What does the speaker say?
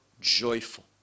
joyful